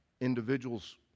individuals